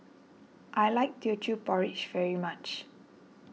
I like Teochew Porridge very much